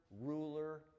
ruler